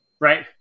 Right